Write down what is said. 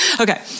Okay